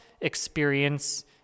experience